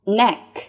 neck